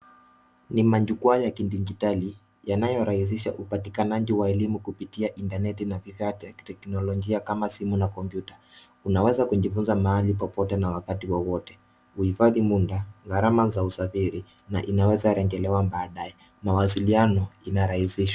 Ni majukwaa ya kidijitali yanayorahisisha upatikanaji wa elimu kupitia intaneti na vifaa vya kiteknolojia kama simu na kompyuta. Unaweza kujifunza mahali popote na wakati wowote. Huifadhi muda, gharama za usafiri na inaweza rejelewa baadae. Mawasiliano inarahisishwa.